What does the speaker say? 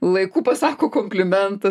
laiku pasako komplimentą